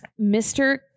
Mr